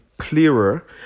Clearer